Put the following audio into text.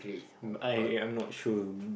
um I I am not sure